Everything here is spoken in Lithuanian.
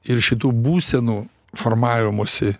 ir šitų būsenų formavimosi